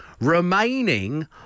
remaining